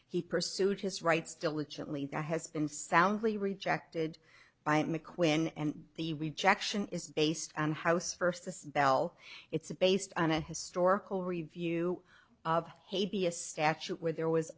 he pursued his rights diligently the has been soundly rejected by mcquinn and the rejection is based on house versus bell it's a based on a historical review of hate be a statute where there was